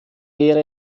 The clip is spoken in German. wäre